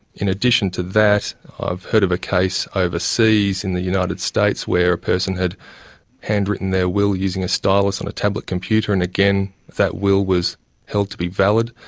in addition to that, i've heard of a case overseas in the united states where a person had handwritten their will using a stylus on a tablet computer, and again that will was held to be valid.